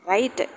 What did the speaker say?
Right